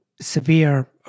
severe